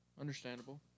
understandable